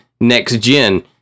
next-gen